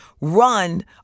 run